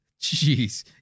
Jeez